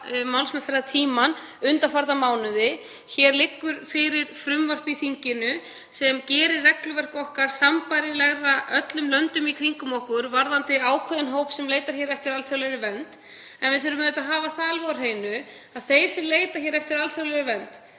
málsmeðferðartímann undanfarna mánuði. Hér liggur fyrir frumvarp í þinginu sem gerir regluverk okkar sambærilegra öllum löndum í kringum okkur varðandi ákveðinn hóp sem leitar eftir alþjóðlegri vernd. En við þurfum auðvitað að hafa það alveg á hreinu að þeir sem leita eftir alþjóðlegri vernd